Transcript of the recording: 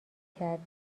کردی